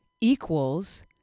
equals